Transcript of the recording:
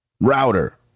Router